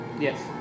Yes